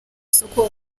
isoko